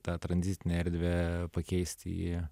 tą tranzitinę erdvę pakeisti į